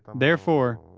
therefore,